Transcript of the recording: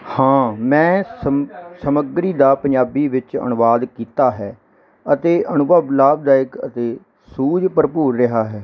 ਹਾਂ ਮੈਂ ਸੰ ਸਮੱਗਰੀ ਦਾ ਪੰਜਾਬੀ ਵਿੱਚ ਅਨੁਵਾਦ ਕੀਤਾ ਹੈ ਅਤੇ ਅਨੁਭਵ ਲਾਭਦਾਇਕ ਅਤੇ ਸੂਝ ਭਰਪੂਰ ਰਿਹਾ ਹੈ